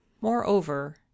Moreover